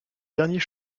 derniers